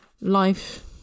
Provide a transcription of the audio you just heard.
Life